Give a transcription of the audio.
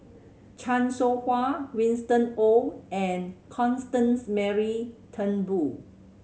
Chan Soh Ha Winston Oh and Constance Mary Turnbull